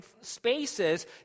spaces